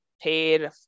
paid